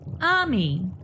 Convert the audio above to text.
Army